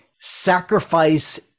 sacrifice